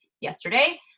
yesterday